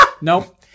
Nope